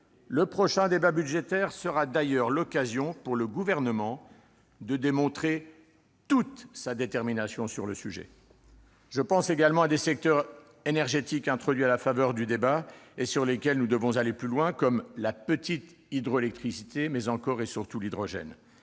Le prochain débat budgétaire sera d'ailleurs l'occasion pour le Gouvernement de démontrer toute sa détermination sur le sujet. Je pense également à des secteurs énergétiques abordés à la faveur de la discussion et sur lesquels nous devons aller plus loin, comme la petite hydroélectricité et, surtout, l'hydrogène.